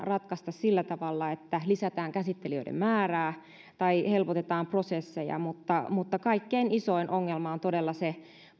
ratkaista sillä tavalla että lisätään käsittelijöiden määrää tai helpotetaan prosesseja mutta mutta kaikkein isoin ongelma on todella se